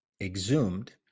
exhumed